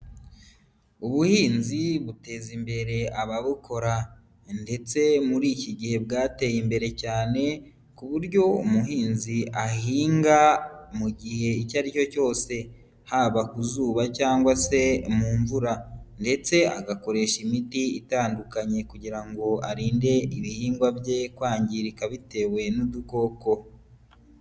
Ubuhinzi buteza imbere ababukora ndetse muri iki gihe bwateye imbere cyane ku buryo umuhinzi ahinga mu gihe icyo ari cyo cyose, haba ku zuba cyangwa se mu mvura ndetse agakoresha imiti itandukanye kugira ngo arinde ibihingwa bye kwangirika bitewe n'udukoko.